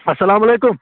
اَسَلامُ علیکُم